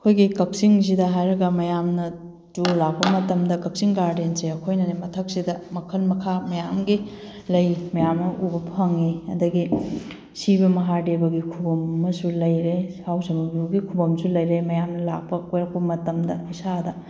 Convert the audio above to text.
ꯑꯩꯈꯣꯏꯒꯤ ꯀꯛꯆꯤꯡꯁꯤꯗ ꯍꯥꯏꯔꯒ ꯃꯌꯥꯝꯅ ꯇꯨꯔ ꯂꯥꯛꯄ ꯃꯇꯝꯗ ꯀꯛꯆꯤꯡ ꯒꯥꯔꯗꯦꯟꯁꯦ ꯑꯩꯈꯣꯏꯅꯅꯦ ꯃꯊꯛꯁꯤꯗ ꯃꯈꯜ ꯃꯈꯥ ꯃꯌꯥꯝꯒꯤ ꯂꯩ ꯃꯌꯥꯝ ꯑꯝ ꯎꯕ ꯐꯪꯉꯤ ꯑꯗꯒꯤ ꯁꯤꯕ ꯃꯍꯥꯗꯦꯕꯒꯤ ꯈꯨꯕꯝ ꯑꯃꯁꯨ ꯂꯩꯔꯦ ꯍꯥꯎ ꯁꯝꯕꯨꯕꯤꯒꯤ ꯈꯨꯕꯝꯁꯨ ꯂꯩꯔꯦ ꯃꯌꯥꯝ ꯂꯥꯛꯄ ꯀꯣꯏꯔꯛꯄ ꯃꯇꯝꯗ ꯏꯁꯥꯗ